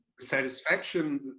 satisfaction